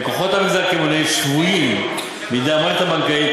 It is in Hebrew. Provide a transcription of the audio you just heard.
לקוחות המגזר הקמעונאי "שבויים" בידי המערכת הבנקאית.